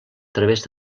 través